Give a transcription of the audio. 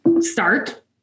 start